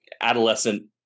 adolescent